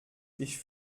ich